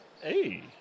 Hey